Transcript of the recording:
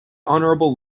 honorable